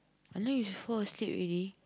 I know you fall asleep already